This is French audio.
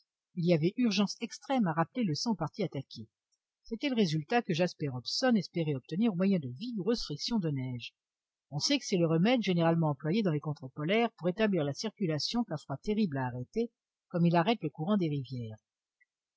il y avait urgence extrême à rappeler le sang aux parties attaquées c'était le résultat que jasper hobson espérait obtenir au moyen de vigoureuses frictions de neige on sait que c'est le remède généralement employé dans les contrées polaires pour rétablir la circulation qu'un froid terrible a arrêtée comme il arrête le courant des rivières